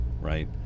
right